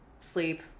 sleep